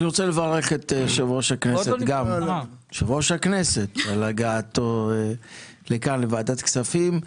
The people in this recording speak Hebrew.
אני רוצה לברך גם את יושב-ראש הכנסת על הגעתו לוועדת כספים,